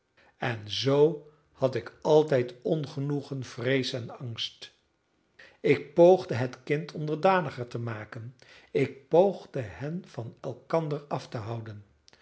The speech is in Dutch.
en zoo had ik altijd ongenoegen vrees en angst ik poogde het kind onderdaniger te maken ik poogde hen van elkander af te houden